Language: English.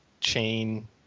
Chain